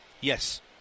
yes